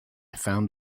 found